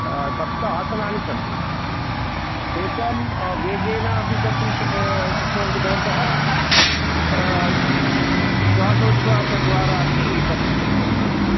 सप्त आसनानि सन्ति तेषां वे वेगेनापि कर्तुं शक्नुवन्ति भवन्तः श्वासोच्छ्वासद्वारा अपि कर्तुं शक्नुवन्ति